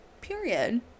Period